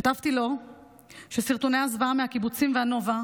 כתבתי לו שסרטוני הזוועה מהקיבוצים והנובה,